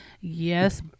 Yes